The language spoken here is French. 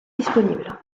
disponible